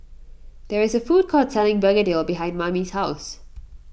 there is a food court selling Begedil behind Mamie's house